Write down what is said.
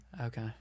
Okay